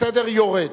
בסדר יורד.